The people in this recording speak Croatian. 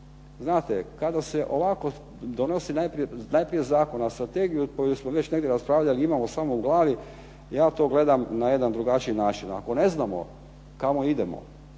Znate kada se ovako donosi najprije zakon, a strategija koju smo negdje već raspravljali i imamo samo u glavi ja to gledam na jedan drugačiji način. Ako ne znamo kamo idemo,